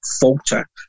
falter